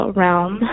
realm